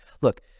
look